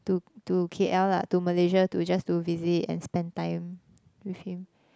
to to K_L lah to Malaysia to just to visit and spend time with him